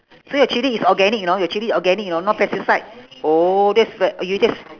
so your chilli is organic you know your chilli organic you know no pesticide oh that's ve~ !aiyo! that's